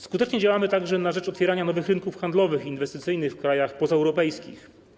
Skutecznie działamy także na rzecz otwierania nowych rynków handlowych, inwestycyjnych w krajach pozaeuropejskich.